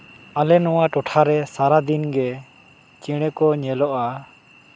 ᱟᱞᱮ ᱱᱚᱣᱟ ᱴᱚᱴᱷᱟᱨᱮ ᱥᱟᱨᱟᱫᱤᱱᱜᱮ ᱪᱮᱬᱮ ᱠᱚ ᱧᱮᱞᱚᱜᱼᱟ